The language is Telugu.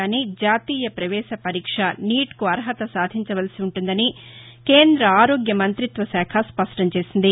గానీ జాతీయ పవేశ పరీక్ష నీట్కు అర్హత సాధించవలసి ఉంటుందని కేంద ఆరోగ్య మంతిత్వ శాఖ స్పష్టం చేసింది